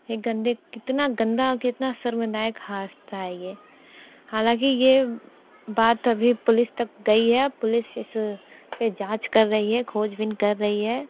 ये गंदे कितना गंदा कितना शर्मनायक हादसा है ये हालांकि ये बात अभी पुलिस तक गई है पुलिस इस पे जांच कर रही है खोजबीन कर रही है